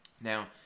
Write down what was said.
Now